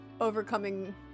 overcoming